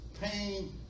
pain